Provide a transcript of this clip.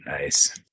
Nice